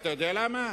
אתה יודע למה?